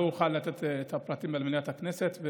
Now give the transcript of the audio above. לא אוכל לתת את הפרטים במליאת הכנסת,